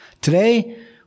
Today